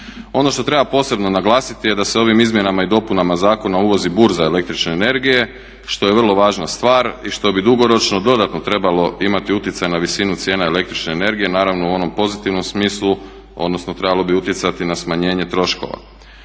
Ono što treba posebno naglasiti je da se ovim izmjenama i dopunama zakona uvozi burza električne energije što je vrlo važna stvar i što bi dugoročno dodatno trebalo imati utjecaj na visinu cijena električne energije naravno u onom pozitivnom smislu odnosno trebalo bi utjecati na smanjenje troškova.